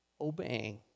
obeying